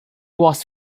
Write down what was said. was